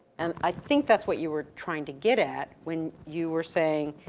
and i think that's what you were trying to get at when you were saying